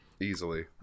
Easily